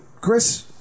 Chris